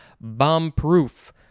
bomb-proof